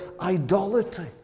idolatry